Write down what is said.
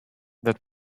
that